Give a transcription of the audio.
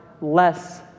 less